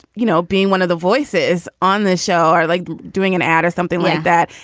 you know, being one of the voices on this show or like doing an ad or something like that.